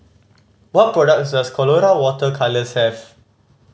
what products does Colora Water Colours have